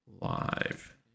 live